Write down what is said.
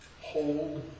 hold